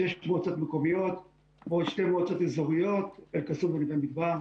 שש מועצות מקומיות ועוד שתי מועצות אזוריות אל קסום ונווה מדבר.